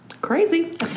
crazy